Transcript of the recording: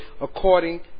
according